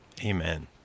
Amen